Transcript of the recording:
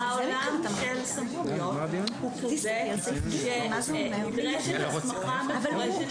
העולם של סמכויות הוא כזה שנדרשת הסמכה מפורשת בחקיקה